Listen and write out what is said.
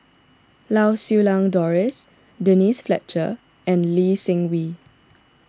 Lau Siew Lang Doris Denise Fletcher and Lee Seng Wee